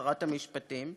שרת המשפטים,